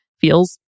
feels